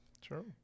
True